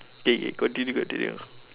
okay okay continue continue